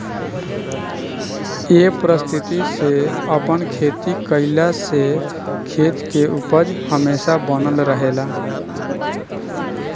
ए पद्धति से आपन खेती कईला से खेत के उपज हमेशा बनल रहेला